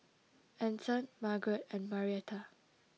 Anson Margeret and Marietta